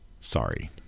sorry